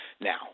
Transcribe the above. now